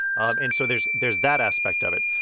um and so there's there's that aspect of it.